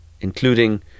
including